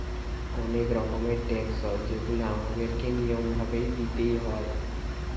অনেক রকমের ট্যাক্স হয় যেগুলা আমাদের কে নিয়ম ভাবে দিইতে হয়